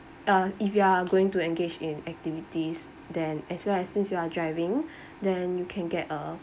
uh if you are going to engage in activities then as well as since you are driving then you can get a